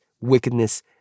wickedness